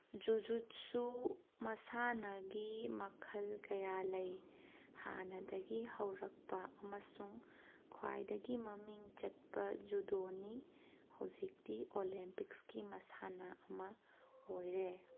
ꯖꯨꯖꯨꯠꯁꯨ ꯃꯁꯥꯟꯅꯒꯤ ꯃꯈꯜ ꯀꯌꯥ ꯂꯩ ꯍꯥꯟꯅꯗꯒꯤ ꯍꯧꯔꯛꯄ ꯑꯃꯁꯨꯡ ꯈ꯭ꯋꯥꯏꯗꯒꯤ ꯃꯃꯤꯡ ꯆꯠꯄ ꯖꯨꯗꯣꯅꯤ ꯍꯧꯖꯤꯛꯇꯤ ꯑꯣꯂꯦꯝꯄꯤꯛꯁꯀꯤ ꯃꯁꯥꯟꯅ ꯑꯃ ꯑꯣꯏꯔꯦ